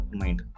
mind